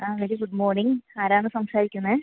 ആ very good morning ആരാണ് സംസാരിക്കുന്നത്